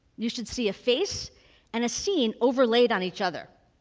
you should see a face and a scene overlaid on each other.